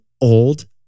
old